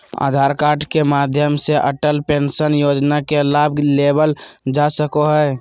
आधार card के माध्यम से अटल पेंशन योजना के लाभ लेवल जा सको हय